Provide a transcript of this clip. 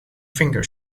finger